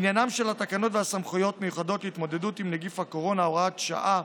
עניינן של תקנות סמכויות מיוחדות להתמודדות עם נגיף הקורונה (הוראת שעה)